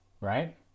right